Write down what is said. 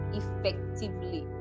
effectively